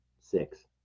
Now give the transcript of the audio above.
six